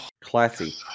classy